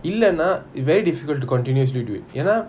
இல்லனா:illana very difficult to continue still do it என்ன:enna